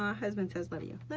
um husband says love you,